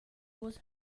was